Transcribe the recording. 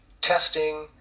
Testing